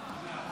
התשפ"ד